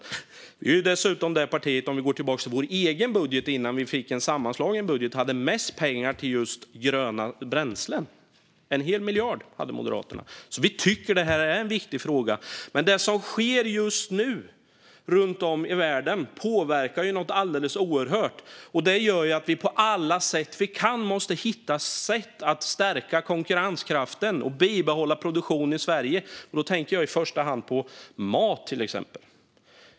Moderaterna är dessutom det parti som - om vi går tillbaka till vår egen budget innan vi fick en sammanslagen budget - hade mest pengar till just gröna bränslen. En hel miljard hade Moderaterna, så vi tycker att det här är en viktig fråga. Men det som sker just nu runt om i världen påverkar något alldeles oerhört. Det gör att vi på alla sätt vi kan måste hitta vägar till att stärka konkurrenskraften och bibehålla produktion i Sverige. Då tänker jag i första hand på till exempel mat.